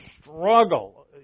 struggle